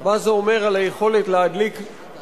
מה זה אומר על היכולת להדליק נורות